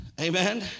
Amen